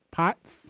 pots